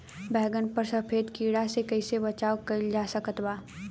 बैगन पर सफेद कीड़ा से कैसे बचाव कैल जा सकत बा?